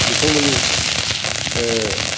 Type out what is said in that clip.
बिथांमोननि